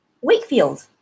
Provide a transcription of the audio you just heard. Wakefield